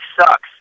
sucks